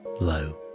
low